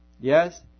Yes